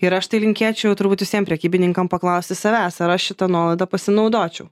ir aš tai linkėčiau turbūt visiem prekybininkam paklausti savęs ar aš šitą nuolaidą pasinaudočiau